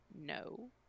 No